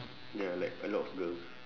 ya like a lot of girls